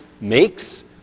makes